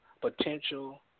potential